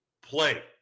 play